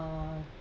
uh